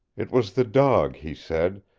it was the dog, he said.